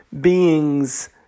beings